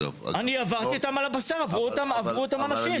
אני עברתי אותן על הבשר וגם אותם אנשים.